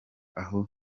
aho